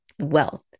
wealth